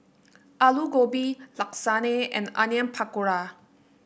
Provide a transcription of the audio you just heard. Alu Gobi Lasagne and Onion Pakora